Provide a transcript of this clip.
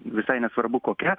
visai nesvarbu kokia